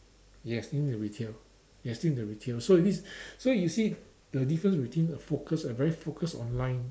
yes in the retail they are still in the retail so this so you see the difference between a focus a very focused online